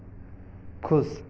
खुश